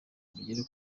bugere